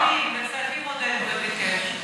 עודד, עודד ביקש בכספים.